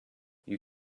you